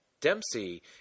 Dempsey